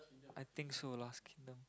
I think so Lost Kingdom